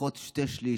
לפחות שני שליש